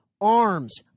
arms